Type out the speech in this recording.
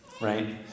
right